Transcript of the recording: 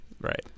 Right